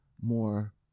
more